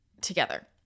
together